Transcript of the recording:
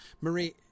Marie